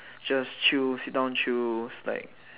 just chill sit down chill like